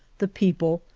the people,